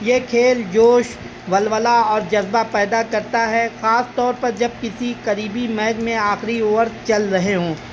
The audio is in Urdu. یہ کھیل جوش ولولہ اور جذبہ پیدا کرتا ہے خاص طور پر جب کسی قریبی میج میں آخری اوور چل رہے ہوں